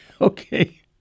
Okay